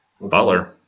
Butler